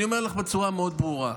אני אומר לך בצורה מאוד ברורה: